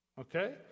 Okay